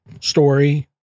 story